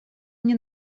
мне